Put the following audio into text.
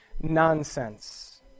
nonsense